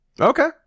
Okay